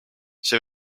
see